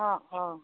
অঁ অঁ